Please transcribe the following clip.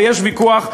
ויש ויכוח,